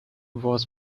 was